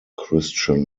christian